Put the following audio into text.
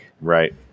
right